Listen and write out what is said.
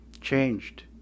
changed